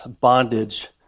bondage